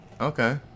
okay